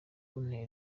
kuntera